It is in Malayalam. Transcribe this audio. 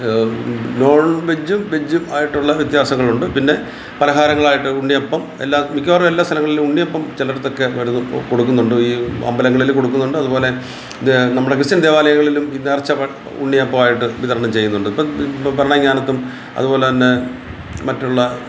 നോൺ വെജ്ജും വെജ്ജും ആയിട്ടുള്ള വ്യത്യാസങ്ങളുണ്ട് പിന്നെ പലഹാരങ്ങളായിട്ട് ഉണ്ണിയപ്പം എല്ലാം മിക്കവാറും എല്ലാ സ്ഥലങ്ങളിലും ഉണ്ണിയപ്പം ചിലയിടത്തൊക്കെ പലരും കൊടുക്കുന്നുണ്ട് ഈ അമ്പലങ്ങളിൽ കൊടുക്കുന്നുണ്ട് അതുപോലെ ദേ നമ്മുടെ ക്രിസ്ത്യൻ ദേവാലയങ്ങളിലും ഈ നേർച്ച ഭ ഉണ്ണിയപ്പമായിട്ട് വിതരണം ചെയ്യുന്നുണ്ട് ഇപ്പം ഭരണങ്ങാനത്തും അതുപോലെ തന്നെ